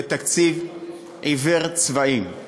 ותקציב עיוור צבעים.